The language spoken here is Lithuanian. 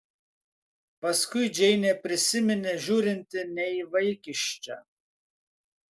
paskui džeinė prisiminė žiūrinti ne į vaikiščią